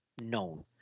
known